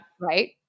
right